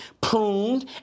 pruned